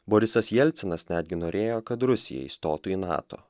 borisas jelcinas netgi norėjo kad rusija įstotų į nato